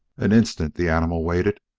an instant the animal waited,